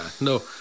no